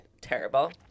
terrible